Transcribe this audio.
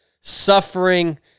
suffering